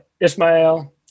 Ismael